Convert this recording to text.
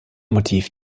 motiv